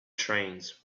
trains